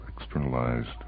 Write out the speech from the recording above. externalized